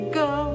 go